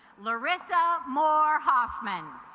larissa more hoffman